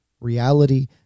reality